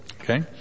Okay